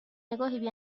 نگاهی